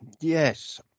yes